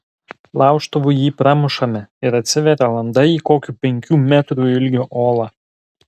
laužtuvu jį pramušame ir atsiveria landa į kokių penkių metrų ilgio olą